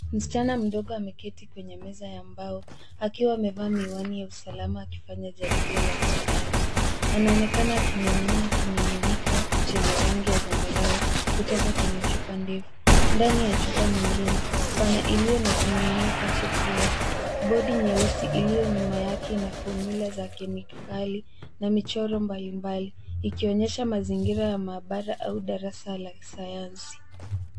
Msichana mdogo ameketi kwenye meza ya mbao akiwa amevaa miwani ya usalama akifanya jaribio la Kisayansi. Anaonekana akimimina kimiminika chenye rangi ya zambarau, kutoka kwenye chupa ndefu. Ndani ya chupa nyingine pana, ilio na kimiminika jekundu, bodi nyeusi iliyo nyuma yake na formula za kemikali na michoro mbali mbali. Ikionyesha mazingira ya maabara au darasa la Sayansi.